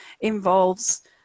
involves